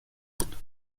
بود